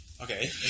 Okay